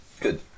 Good